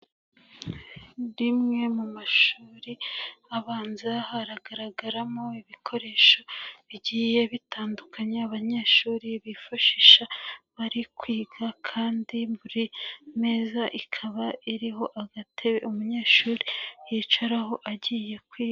Rimwe mu mashuri abanza haragaragaramo ibikoresho bigiye bitandukanye, abanyeshuri bifashisha, bari kwiga kandi buri meza ikaba iriho agatebe umunyeshuri yicaraho agiye kwiga.